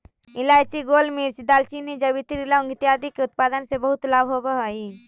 इलायची, गोलमिर्च, दालचीनी, जावित्री, लौंग इत्यादि के उत्पादन से बहुत लाभ होवअ हई